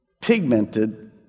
pigmented